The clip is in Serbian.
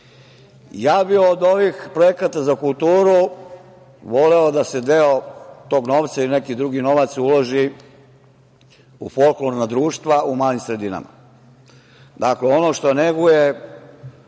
bih od ovih projekata za kulturu voleo da se deo tog novca ili neki drugi novac uloži u folklorna društva u malim sredinama. Dakle, ono što neguje